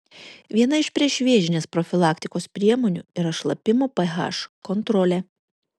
viena iš priešvėžinės profilaktikos priemonių yra šlapimo ph kontrolė